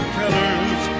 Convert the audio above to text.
colors